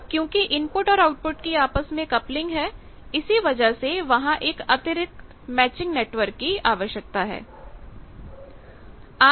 अब क्योंकि इनपुट और आउटपुट की आपस में कपलिंग है इसी वजह से वहां एक अतिरिक्त मैचिंग नेटवर्क की आवश्यकता है